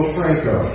Franco